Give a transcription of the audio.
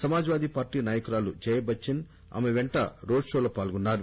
Samaj వాదీ party నాయకురాలు జయాబచ్చన్ ఆమె పెంట రోడ్ షోలో పాల్గొన్నారు